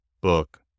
book